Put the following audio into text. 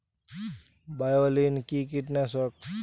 বায়োলিন কি কীটনাশক?